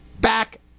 back